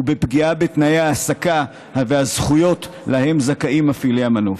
ובפגיעה בתנאי ההעסקה והזכויות שלהם זכאים מפעילי המנוף,